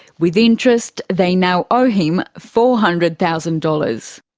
with interest they now owe him four hundred thousand dollars.